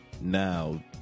now